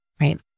Right